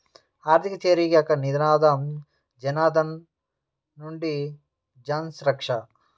ఆర్థిక చేరిక యొక్క నినాదం జనధన్ నుండి జన్సురక్ష